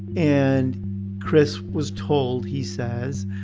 and kriss was told, he says,